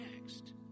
next